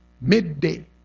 midday